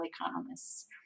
economists